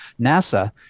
NASA